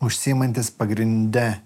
užsiimantis pagrinde